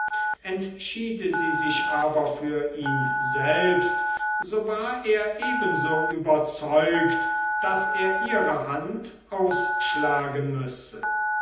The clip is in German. entschiede sie sich aber für ihn selbst so war er eben so überzeugt daß er ihre hand ausschlagen müsse